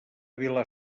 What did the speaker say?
vila